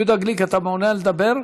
יהודה גליק, אתה מעוניין לדבר?